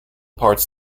parts